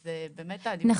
אז העדיפות שלנו היא --- נכון.